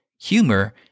humor